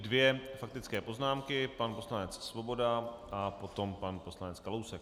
Dvě faktické poznámky pan poslanec Svoboda a potom pan poslanec Kalousek.